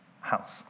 house